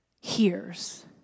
hears